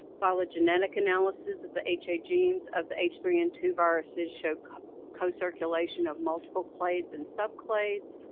phylogenetic analysis of the ha genes, of the h three n two viruses, show co-circulation of multiple clades and subclades.